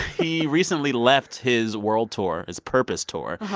he recently left his world tour, his purpose tour.